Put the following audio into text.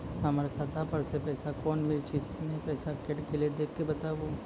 हमर खाता पर से पैसा कौन मिर्ची मे पैसा कैट गेलौ देख के बताबू?